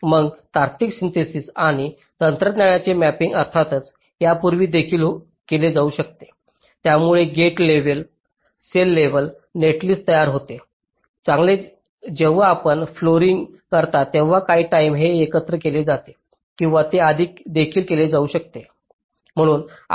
मग तार्किक सिन्थेसिस आणि तंत्रज्ञानाचे मॅपिंग अर्थातच यापूर्वी देखील केले जाऊ शकते यामुळे gate level cell level netlist तयार होते चांगले जेव्हा आपण फ्लोरप्लानिंग करता तेव्हा काही टाईम हे एकत्र केले जाते किंवा हे आधी देखील केले जाऊ शकते